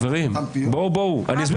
אומרים שאנחנו סותמים